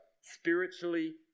spiritually